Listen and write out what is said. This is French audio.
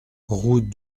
route